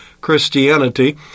Christianity